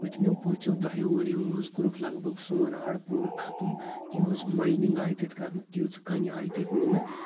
پٕتۍمٮ۪و پٲنٛژٮ۪و دَہٮ۪و ؤرۍیو منٛز کوٚرُکھ لگ بگ سون آر پوٗرٕ خَتٕم تیٖژ مایِنِنٛگ آیہِ تَتہِ کَرنہٕ تیٖژ کَنہِ آے تَتہِ نِنہٕ